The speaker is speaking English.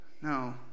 No